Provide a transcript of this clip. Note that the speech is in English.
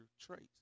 traits